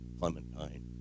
Clementine